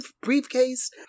briefcase